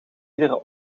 iedere